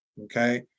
okay